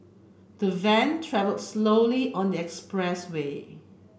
the van travelled slowly on this expressway